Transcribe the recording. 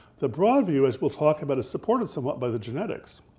the broad view as we'll talk about is supported somewhat by the genetics,